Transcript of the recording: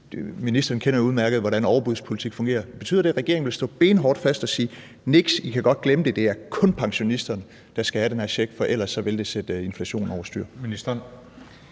ministeren ved jo udmærket, hvordan overbudspolitik fungerer. Betyder det, at regeringen vil stå benhårdt fast og sige: Niks, I kan godt glemme det; det er kun pensionisterne, der skal have den her check, for ellers vil det øge inflationen?